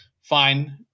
fine